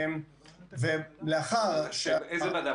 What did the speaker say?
איזה ועדה?